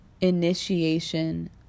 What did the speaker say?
Initiation